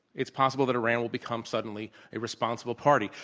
it's possible that iran will become suddenly a responsible party,